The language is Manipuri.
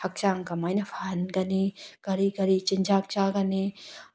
ꯍꯛꯆꯥꯡ ꯀꯃꯥꯏꯅ ꯐꯍꯟꯒꯅꯤ ꯀꯔꯤ ꯀꯔꯤ ꯆꯤꯟꯖꯥꯛ ꯆꯥꯒꯅꯤ